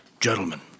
gentlemen